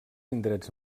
indrets